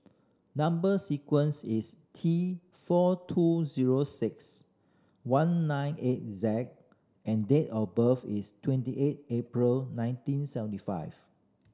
number sequence is T four two zero six one nine eight Z and date of birth is twenty eight April nineteen seventy five